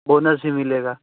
bonus भी मिलेगा